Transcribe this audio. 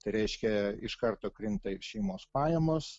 reiškia iš karto krinta šeimos pajamos